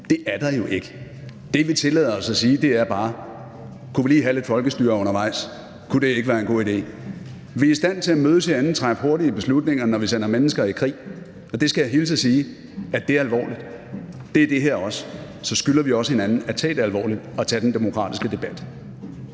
Det er der jo ikke. Det, vi tillader os at sige, er bare: Kunne vi lige have lidt folkestyre undervejs? Kunne det ikke være en god idé? Vi er i stand til at mødes herinde og træffe hurtige beslutninger, når vi sender mennesker i krig, og det skal jeg hilse og sige er alvorligt. Det er det her også. Så skylder vi også hinanden at tage det alvorligt og tage den demokratiske debat.